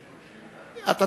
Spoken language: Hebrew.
אדוני, תרשה לי לשאול שאלה?